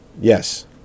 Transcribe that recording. Yes